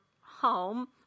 home